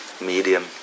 medium